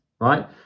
right